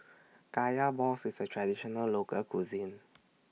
Kaya Balls IS A Traditional Local Cuisine